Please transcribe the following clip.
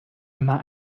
immer